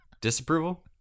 Disapproval